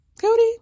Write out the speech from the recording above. Cody